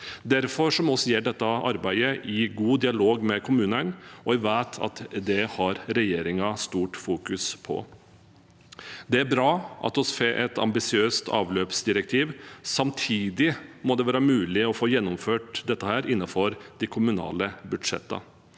Derfor må vi gjøre dette arbeidet i god dialog med kommunene, og jeg vet at regjeringen har et stort fokus på det. Det er bra at vi får et ambisiøst avløpsdirektiv. Samtidig må det være mulig å få gjennomført dette innenfor de kommunale budsjettene.